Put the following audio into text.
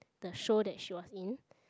the show that she was in